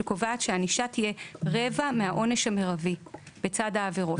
שקובעת שענישה תהיה רבע מהעונש המרבי בצד העבירות.